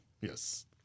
Yes